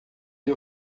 lhe